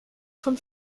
von